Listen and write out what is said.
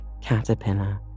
caterpillar